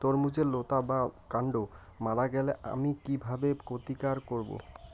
তরমুজের লতা বা কান্ড মারা গেলে আমি কীভাবে প্রতিকার করব?